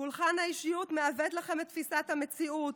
פולחן האישיות מעוות לכם את תפיסת המציאות.